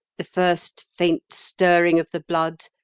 the first faint stirring of the blood,